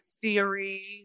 theory